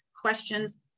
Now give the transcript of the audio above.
questions